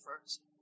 first